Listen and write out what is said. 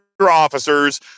officers